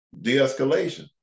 de-escalation